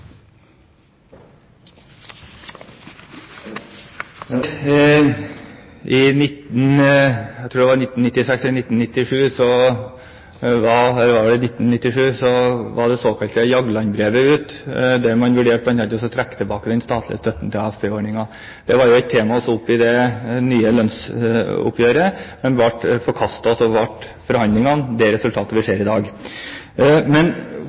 I 1997 kom det såkalte Jagland-brevet ut, der man vurderte bl.a. å trekke tilbake den statlige støtten til AFP-ordningen. Det var et tema som var oppe i lønnsoppgjøret, men ble forkastet, og resultatet av forhandlingene ble det vi ser i dag. Hvis vi